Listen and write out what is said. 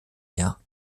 mehr